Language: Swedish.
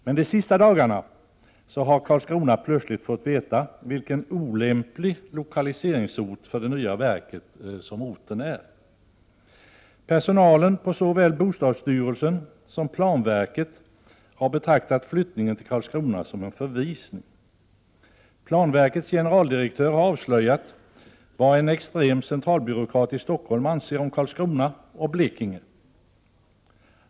Men de sista dagarna har Karlskrona plötsligt fått veta vilken olämplig lokaliseringsort för det nya verket orten är. Personalen på såväl bostadsstyrelsen som planverket har betraktat flyttningen till Karlskrona som en förvisning. Planverkets generaldirektör har avslöjat vad en extrem centralbyråkrat i Stockholm anser om Karlskrona och Blekinge.